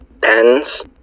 pens